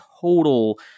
total